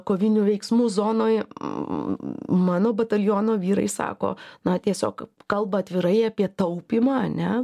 kovinių veiksmų zonoj mano bataliono vyrai sako na tiesiog kalba atvirai apie taupymą ane